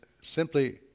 simply